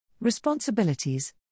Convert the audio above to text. responsibilities